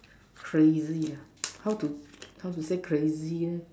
crazy ah how to how to say crazy eh